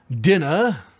Dinner